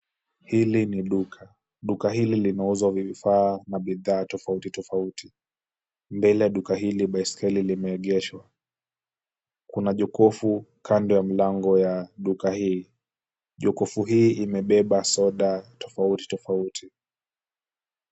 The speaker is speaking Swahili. Hili ni duka. Duka hili linauza vifaa na bidhaa tofauti tofauti. Mbele ya duka hili baiskeli limeegeshwa. Kuna jokofu kando ya mlango ya duka hii. Jokofu hii imebeba soda tofauti tofauti.